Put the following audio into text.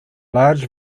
large